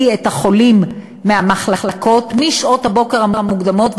את החולים מהמחלקות משעות הבוקר המוקדמות,